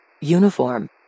Uniform